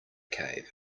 cave